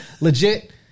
Legit